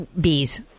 bees